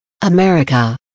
America